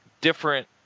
different